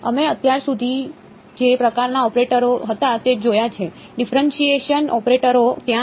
અમે અત્યાર સુધી જે પ્રકારના ઓપરેટરો હતા તે જોયા છે ડિફેરએંશીએશન ઓપરેટરો ત્યાં છે